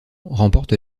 remporte